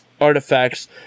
artifacts